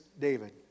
David